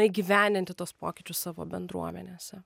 įgyvendinti tuos pokyčius savo bendruomenėse